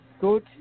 good